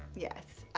yes.